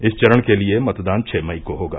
इस चरण के लिये मतदान छः मई को होगा